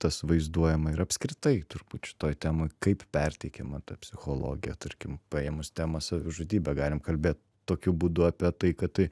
tas vaizduojama ir apskritai turbūt šitoj temoj kaip perteikiama ta psichologija tarkim paėmus temą savižudybė galim kalbėt tokiu būdu apie tai kad tai